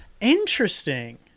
interesting